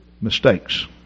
mistakes